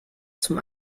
zum